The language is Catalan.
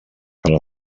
cal